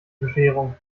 bescherung